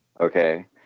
okay